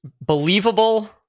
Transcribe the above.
believable